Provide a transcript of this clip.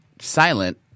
silent